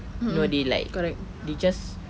you know they like they just